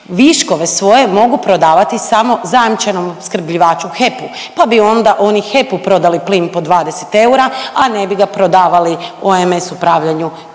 viškove svoje mogu prodavati samo zajamčenom opskrbljivaču HEP-u, pa bi onda oni HEP-u prodali plin po 20 eura, a ne bi ga prodavali OMS upravljanju po